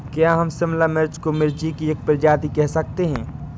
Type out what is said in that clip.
क्या हम शिमला मिर्च को मिर्ची की एक प्रजाति कह सकते हैं?